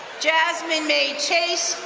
jasmine may chase,